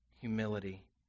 humility